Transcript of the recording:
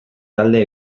talde